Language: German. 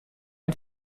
ein